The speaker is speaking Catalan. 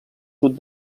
sud